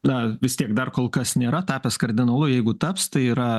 na vis tiek dar kol kas nėra tapęs kardinolu jeigu taps tai yra